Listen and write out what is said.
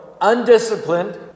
undisciplined